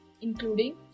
including